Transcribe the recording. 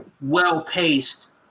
well-paced